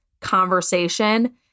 conversation